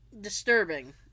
disturbing